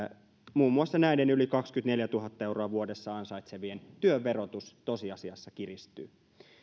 muun muassa näiden yli kaksikymmentäneljätuhatta euroa vuodessa ansaitsevien työn verotus tosiasiassa kiristyy